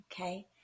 okay